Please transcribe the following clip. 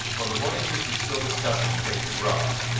while the voyagers were still discussing the pictured rocks,